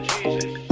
Jesus